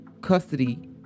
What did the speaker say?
custody